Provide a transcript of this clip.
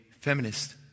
feminist